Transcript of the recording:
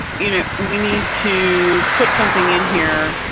you know, and we need to put something in here.